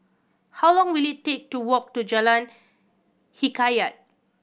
how long will it take to walk to Jalan Hikayat